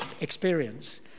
experience